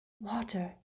Water